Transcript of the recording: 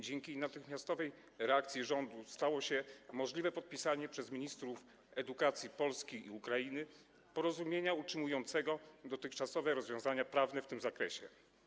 Dzięki natychmiastowej reakcji rządu stało się możliwe podpisanie przez ministrów edukacji Polski i Ukrainy porozumienia utrzymującego dotychczasowe rozwiązania prawne w tym zakresie.